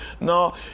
No